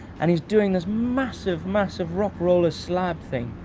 and he's doing this massive, massive rock-roller slab thing.